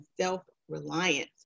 self-reliance